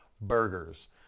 burgers